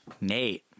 Nate